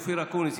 אופיר אקוניס.